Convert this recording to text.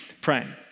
praying